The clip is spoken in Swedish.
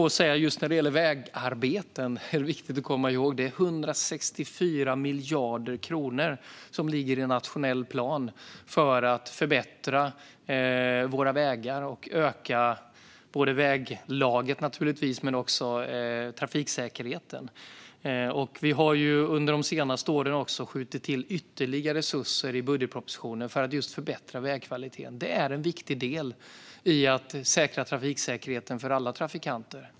När det gäller vägarbeten är det viktigt att komma ihåg att det ligger 164 miljarder kronor i nationell plan för att förbättra våra vägar, både väglaget och naturligtvis trafiksäkerheten. Vi har under de senaste åren också skjutit till ytterligare resurser i budgetpropositionen för att förbättra vägkvaliteten. Det är en viktig del i att säkra trafiksäkerheten för alla trafikanter.